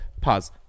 pause